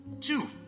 two